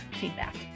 feedback